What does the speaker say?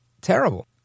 Terrible